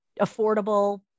affordable